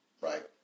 right